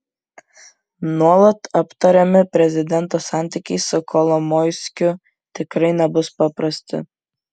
nuolat aptariami prezidento santykiai su kolomoiskiu tikrai nebus paprasti